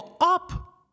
up